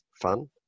fun